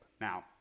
Now